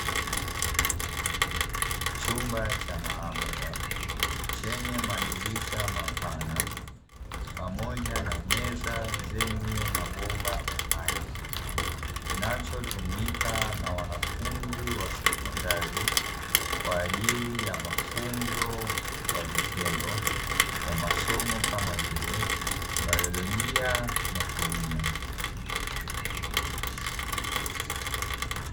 Chumba cha maabara chenye madirisha mapana pamoja na meza zenye mabomba ya maji kinachotumika na wanafunzi wa sekondari kwa ajili ya mafunzo kwa vitendo ya masomo kama vile baiolojia na kemia.